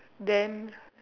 then